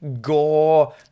gore